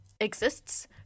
exists